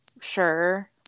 sure